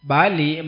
Bali